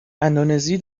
اندونزی